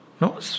No